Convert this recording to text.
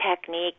technique